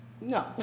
No